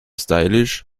stylisch